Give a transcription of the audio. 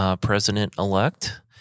president-elect